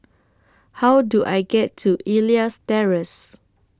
How Do I get to Elias Terrace